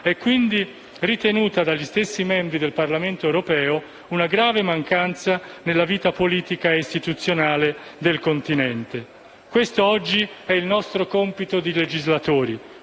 è quindi ritenuta dagli stessi membri del Parlamento europeo una grave mancanza nella vita politica e istituzionale del Continente. Questo oggi è il nostro compito di legislatori: